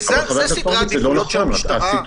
זה סדרי העדיפויות של המשטרה?